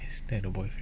is that a voice